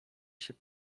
się